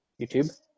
YouTube